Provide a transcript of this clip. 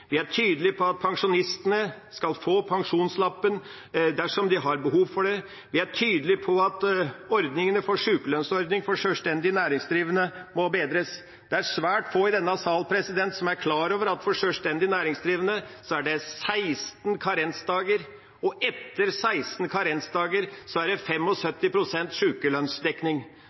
Vi er tydelig på at pensjonistene skal få pensjonslappen dersom de har behov for det. Vi er tydelig på sykelønnsordningen for sjølstendig næringsdrivende må bedres. Det er svært få i denne sal som er klar over at for sjølstendig næringsdrivende er det 16 karensdager, og etter 16 karensdager er det 75 pst. sykelønnsdekning. Det er en himmelvid forskjell fra det